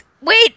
wait